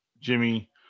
Jimmy